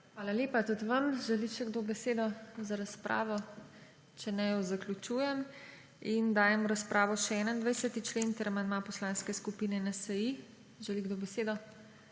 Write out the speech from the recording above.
Hvala lepa tudi vam. Želi še kdo besedo za razpravo? Če ne, jo zaključujem. Dajem v razpravo še 21. člen ter amandma Poslanske skupine NSi. Želi kdo besedo?